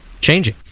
changing